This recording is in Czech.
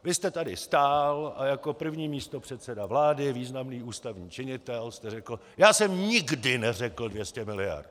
Vy jste tady stál a jako první místopředseda vlády, významný ústavní činitel, jste řekl: já jsem nikdy neřekl 200 miliard.